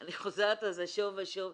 אני חוזרת על זה שוב ושוב,